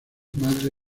madre